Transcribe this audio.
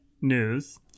news